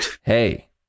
hey